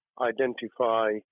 identify